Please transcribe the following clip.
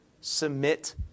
submit